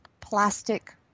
Plastic